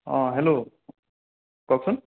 অঁ হেল্ল কওকচোন